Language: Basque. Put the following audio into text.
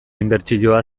inbertsioa